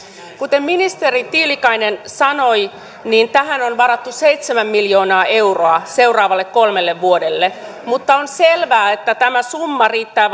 kuten ministeri tiilikainen sanoi tähän on varattu seitsemän miljoonaa euroa seuraavalle kolmelle vuodelle mutta on selvää että tämä summa riittää